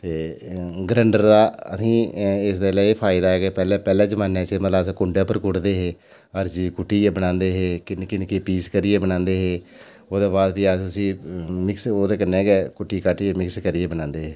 ते ग्राइंडर दा असें गी इस बेल्लै एह् फायदा ऐ कि पैह्ले पैह्ले जमाने च अस कुंडे पर कुटदे हे हर चीज कुट्टियै बनांदे हे निक्के निक्के पीस करियै बनांदे हे ओह्दे बाद भी अस उस्सी मिक्स ओह्दे कन्नै गै कुट्टी कट्टियै मिक्स करियै बनांदे हे